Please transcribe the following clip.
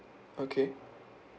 okay